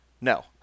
no